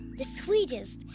the sweetest,